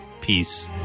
Peace